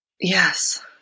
Yes